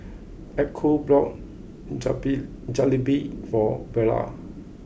Echo bought Jabi Jalebi for Vara